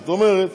זאת אומרת,